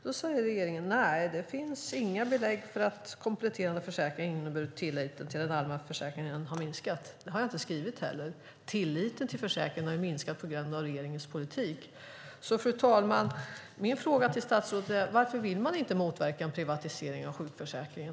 Då säger regeringen att det inte finns några belägg för att kompletterande försäkringar har inneburit att tilliten till den allmänna försäkringen har minskat. Det har jag inte skrivit heller. Tilliten till försäkringen har minskat på grund av regeringens politik. Fru talman! Min fråga till statsrådet är: Varför vill man inte motverka en privatisering av sjukförsäkringen?